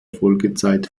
folgezeit